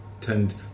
tend